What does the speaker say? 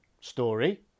story